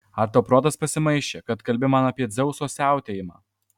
ar tau protas pasimaišė kad kalbi man apie dzeuso siautėjimą